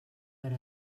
per